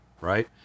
right